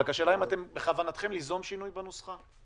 רק השאלה אם בכוונתכם ליזום שינוי בנוסחה?